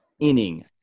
inning